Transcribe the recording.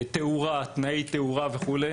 תנאי תאורה וכו',